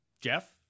jeff